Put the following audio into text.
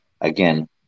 again